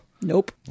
Nope